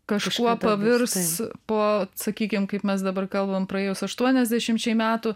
kažkuo pavirs po sakykim kaip mes dabar kalbam praėjus aštuoniasdešimčiai metų